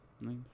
Nice